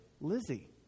Lizzie